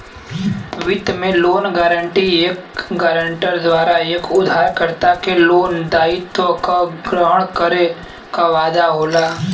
वित्त में loan guarantee एक गारंटर द्वारा एक उधारकर्ता के लोन दायित्व क ग्रहण करे क वादा होला